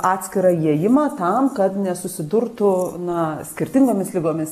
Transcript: atskirą įėjimą tam kad nesusidurtų na skirtingomis ligomis